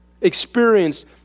experienced